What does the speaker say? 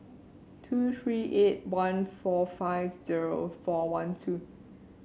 two three eight one four five zero four one two